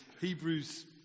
Hebrews